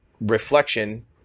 reflection